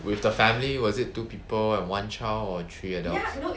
with the family was it two people and one child or three adults